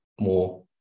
more